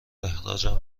اخراجم